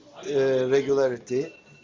regularity